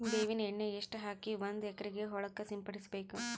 ಬೇವಿನ ಎಣ್ಣೆ ಎಷ್ಟು ಹಾಕಿ ಒಂದ ಎಕರೆಗೆ ಹೊಳಕ್ಕ ಸಿಂಪಡಸಬೇಕು?